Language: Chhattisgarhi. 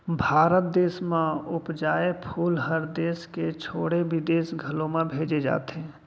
भारत देस म उपजाए फूल हर देस के छोड़े बिदेस घलौ म भेजे जाथे